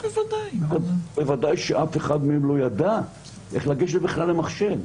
בוודאי שאף אחד מהם לא ידע איך לגשת לי בכלל למחשב.